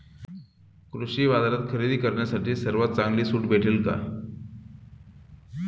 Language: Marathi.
कृषी बाजारात खरेदी करण्यासाठी सर्वात चांगली सूट भेटेल का?